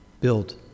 build